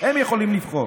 הם יכולים לבחור.